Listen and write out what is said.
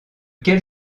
quelle